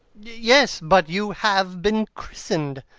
yes, but you have been christened.